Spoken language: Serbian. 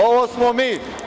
Ovo smo mi.